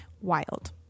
Wild